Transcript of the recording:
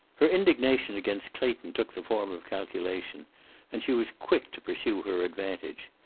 her indignation against clayton took the form of calculation and she was quick to pursue her advantage.